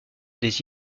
des